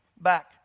back